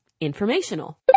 informational